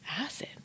Acid